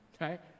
Right